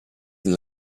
del